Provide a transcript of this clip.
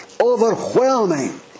overwhelming